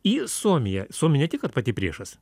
į suomiją suomija ne tik kad pati priešas